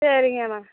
சரிங்கனா